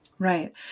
Right